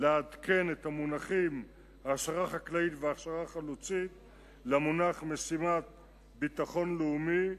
לעדכן את המונחים הכשרה חקלאית והכשרה חלוצית למונח משימת ביטחון לאומי,